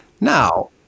now